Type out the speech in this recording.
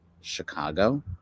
Chicago